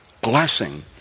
blessing